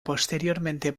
posteriormente